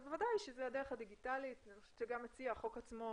זה בוודאי הדרך הדיגיטלית וגם מציע החוק עצמו